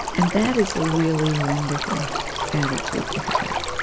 and that is a really wonderful attitude to have.